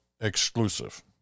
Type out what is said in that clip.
exclusive